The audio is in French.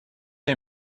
est